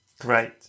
Great